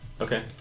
Okay